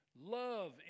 love